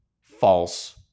false